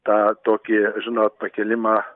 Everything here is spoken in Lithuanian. tą tokį žinot pakilimą